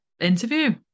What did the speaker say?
interview